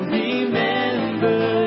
remember